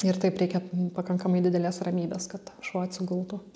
ir taip reikia pakankamai didelės ramybės kad šuo atsigultų